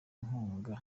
inkunga